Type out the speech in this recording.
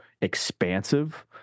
expansive